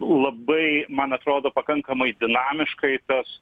labai man atrodo pakankamai dinamiškai kas